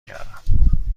کردم